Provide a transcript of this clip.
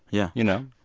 yeah you know?